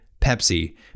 Pepsi